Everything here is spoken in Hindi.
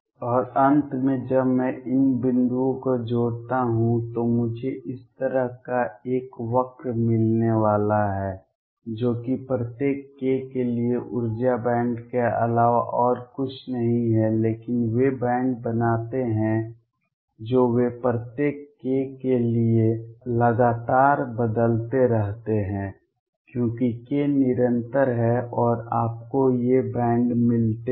और अंत में जब मैं इन बिंदुओं को जोड़ता हूं तो मुझे इस तरह का एक वक्र मिलने वाला है जो कि प्रत्येक k के लिए ऊर्जा बैंड के अलावा और कुछ नहीं है लेकिन वे बैंड बनाते हैं जो वे प्रत्येक k के लिए लगातार बदलते रहते हैं क्योंकि k निरंतर है और आपको ये बैंड मिलते हैं